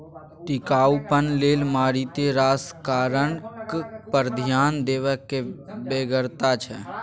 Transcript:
टिकाउपन लेल मारिते रास कारक पर ध्यान देबाक बेगरता छै